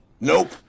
Nope